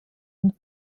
und